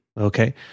Okay